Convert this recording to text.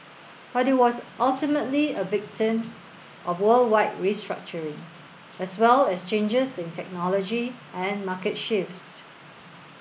but it was ultimately a victim of worldwide restructuring as well as changes in technology and market shifts